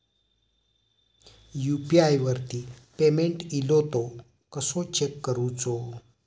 UPI वरती payment इलो तो कसो चेक करुचो?